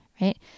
right